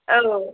औ